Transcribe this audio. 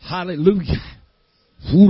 Hallelujah